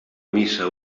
missa